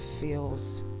feels